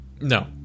No